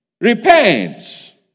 repent